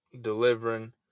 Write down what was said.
delivering